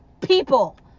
People